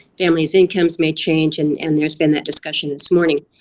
families incomes may change. and and there's been that discussion this morning.